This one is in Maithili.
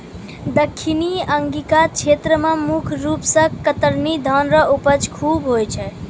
दक्खिनी अंगिका क्षेत्र मे मुख रूप से कतरनी धान रो उपज खूब होय छै